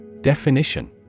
Definition